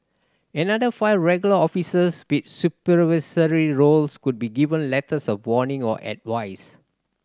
another five regular officers with supervisory roles could be given letters of warning or advice